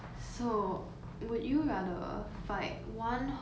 otter or a hundred otter sized horses